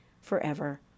forever